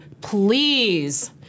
please